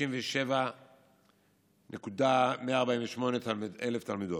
כ-137,148 תלמידות,